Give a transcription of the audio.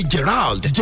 Gerald